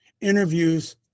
interviews